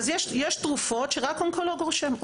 יש תרופות שרק אונקולוג רושם.